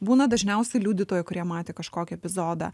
būna dažniausiai liudytojų kurie matė kažkokį epizodą